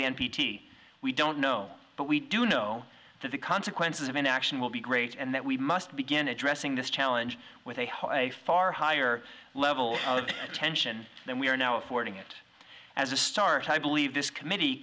the n p t we don't know but we do know that the consequences of inaction will be great and that we must begin addressing this challenge with a whole a far higher level of tension than we are now affording it as a start i believe this committee